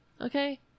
Okay